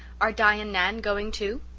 are di and nan going too?